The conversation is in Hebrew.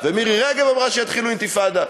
ומירי רגב אמרה: שיתחילו אינתיפאדה.